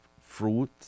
fruit